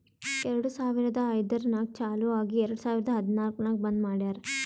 ಎರಡು ಸಾವಿರದ ಐಯ್ದರ್ನಾಗ್ ಚಾಲು ಆಗಿ ಎರೆಡ್ ಸಾವಿರದ ಹದನಾಲ್ಕ್ ನಾಗ್ ಬಂದ್ ಮಾಡ್ಯಾರ್